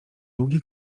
długi